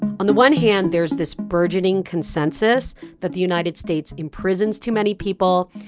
on the one hand, there's this burgeoning consensus that the united states imprisons too many people,